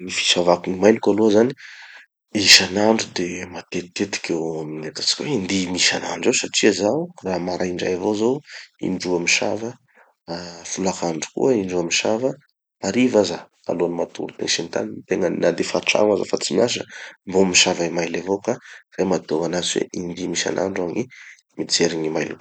Any fisavako gny email-ko aloha zany isanandro de matetitetiky eo amy ataotsika hoe indimy isanandro eo satria zaho raha maraindray avao zao indroa misava, ah folakandro koa indroa misava. Hariva aza alohan'ny matory koa sy ny tariny tegna na defa antrano aza fa tsy miasa mbo misava email avao ka izay mahatonga anazy hoe indimy isanandro aho gny mijery gn'email-ko.